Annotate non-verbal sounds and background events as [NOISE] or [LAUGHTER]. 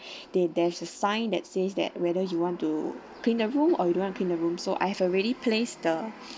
[BREATH] there's a sign that says that whether you want to clean the room or you don't want to clean the room so I have already placed the